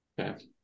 okay